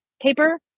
paper